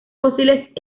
fósiles